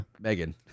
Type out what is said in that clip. Megan